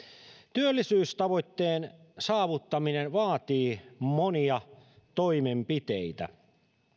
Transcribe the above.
työllisyystavoitteen saavuttaminen vaatii monia toimenpiteitä